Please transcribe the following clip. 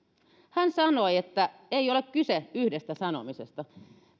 hän sanoi että ei ole kyse yhdestä sanomisesta